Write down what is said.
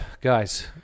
guys